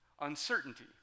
Uncertainty